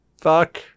Fuck